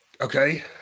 Okay